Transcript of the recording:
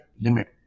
limit